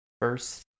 first